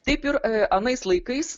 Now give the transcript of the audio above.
taip ir anais laikais